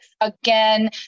Again